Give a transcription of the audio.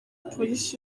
polisi